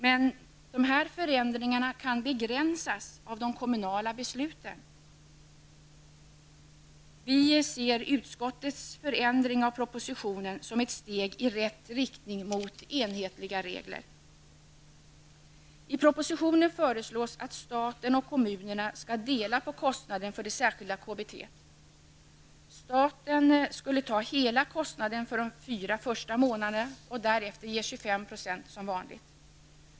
Men dessa förändringar kan begränsas av de kommunala besluten. Vi ser utskottets förändring av propositionen som ett steg i rätt riktning mot enhetliga regler. I propositionen föreslås att staten och kommunerna skall dela på kostnaden för det särskilda kommunala bostadstillägget. Staten skulle ta hela kostnaden för de första fyra månaderna och därefter som vanligt 25 %.